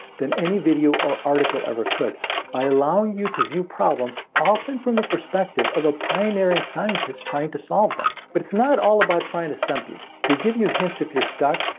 than any video or article ever could by allowing you to view problems, often from the perspective of a pioneering scientist trying to solve them. but it's not all about trying to stump you, they give you hints if you're stuck.